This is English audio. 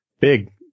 big